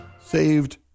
saved